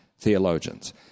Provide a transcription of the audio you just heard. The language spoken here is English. theologians